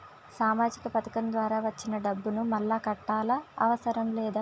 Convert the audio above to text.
సామాజిక పథకం ద్వారా వచ్చిన డబ్బును మళ్ళా కట్టాలా అవసరం లేదా?